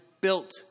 built